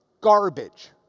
garbage